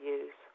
use